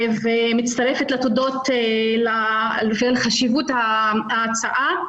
אני מצטרפת לתודות בגין חשיבות ההצעה.